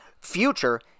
future